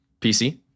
pc